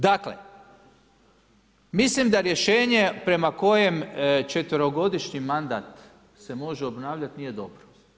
Dakle, mislim da rješenje prema kojem četverogodišnji mandat se može obnavljati nije dobro.